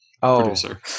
producer